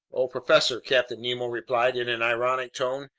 oh, professor, captain nemo replied in an ironic tone,